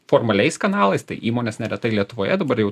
formaliais kanalais tai įmonės neretai lietuvoje dabar jau